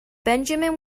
benjamin